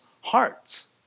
hearts